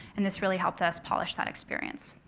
and this really helped us polish that experience.